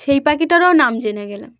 সেই পাখিটারও নাম জেনে গেলাম